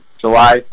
July